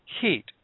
heat